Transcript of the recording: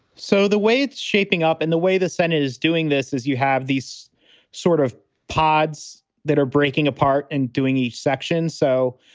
so the way it's shaping up in the way the senate is doing this is you have these sort of pods that are breaking apart and doing each section. so,